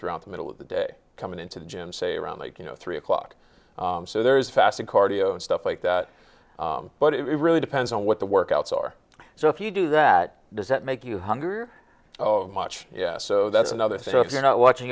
throughout the middle of the day coming into the gym say around like you know three o'clock so there is fast and cardio and stuff like that but it really depends on what the workouts are so if you do that does that make you hunger oh much yeah so that's another thing if you're not watching